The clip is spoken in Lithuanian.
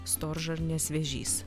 storžarnės vėžys